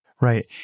Right